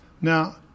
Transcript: Now